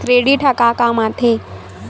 Credit ह का काम आथे?